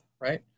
Right